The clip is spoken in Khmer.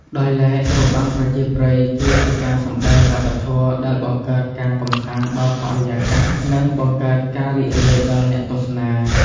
ដោយឡែករបាំប្រជាប្រិយគឺជាការសំដែងវប្បធម៌ដែលបង្កើតការកំសាន្តដល់បរិយាកាស និងបង្កើតការរីករាយដល់អ្នកទស្សនា។